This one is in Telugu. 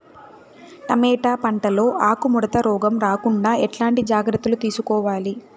టమోటా పంట లో ఆకు ముడత రోగం రాకుండా ఎట్లాంటి జాగ్రత్తలు తీసుకోవాలి?